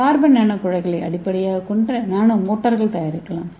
carbon நானோகுழாய்களை அடிப்படையாகக் கொண்ட நானோ மோட்டார்கள் தயாரிக்கலாம்